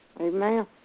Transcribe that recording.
Amen